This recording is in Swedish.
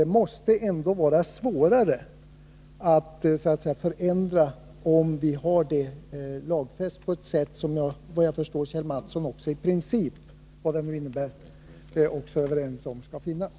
Det måste bli svårare att göra ändringar om det finns en lag. Efter vad jag förstår är Kjell Mattsson i princip — vad det nu innebär — överens med mig om att en sådan lag skall finnas.